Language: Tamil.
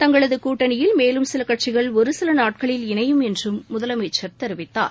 தங்களது கூட்டணியில் மேலும் சில கட்சிகள் ஒருசில நாட்களில் இணையும் என்றும் முதலமைச்சர் தெரிவித்தார்